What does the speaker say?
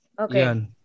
okay